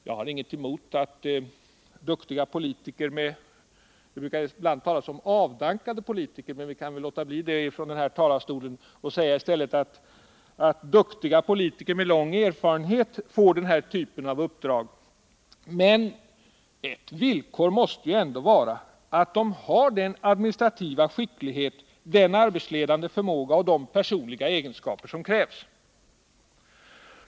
Jag har inget emot att duktiga politiker — man brukar ibland tala om avdankade politiker, men vi kan väl undvika det i den här talarstolen och i stället tala om duktiga politiker med lång erfarenhet — får den här typen av uppdrag men ett villkor är att de också har den administrativa skicklighet, den arbetsledande förmåga och de personliga egenskaper som krävs.